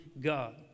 God